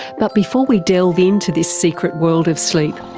but before we delve into this secret world of sleep,